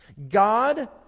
God